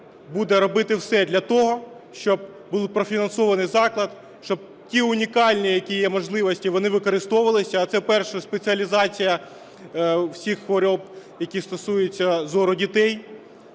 буде робити все для того, щоб було профінансовано заклад, щоб ті унікальні, які є можливості, вони використовувались. А це, перше, спеціалізація всіх хвороб, які стосуються зору дітей.